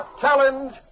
challenge